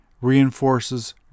Reinforces